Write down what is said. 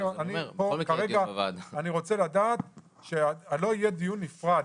אני רוצה לדעת שלא יהיה דיון נפרד